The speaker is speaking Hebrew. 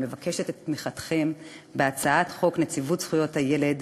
אני מבקשת את תמיכתכם בהצעת חוק נציבות זכויות הילד,